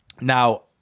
Now